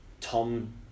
Tom